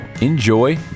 enjoy